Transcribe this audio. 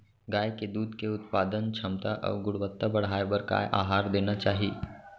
गाय के दूध के उत्पादन क्षमता अऊ गुणवत्ता बढ़ाये बर का आहार देना चाही?